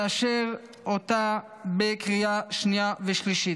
לאשר אותה בקריאה שנייה ושלישית.